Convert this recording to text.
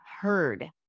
heard